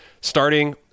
starting